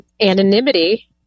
anonymity